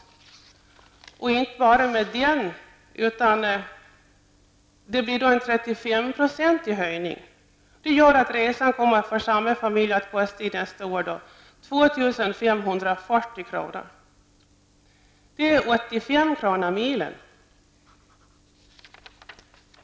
Och inte bara det, hela 35 % höjning gör att resan kostar 2 540 kr. för samma familj! Det är 85 kr./mil.